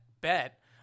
bet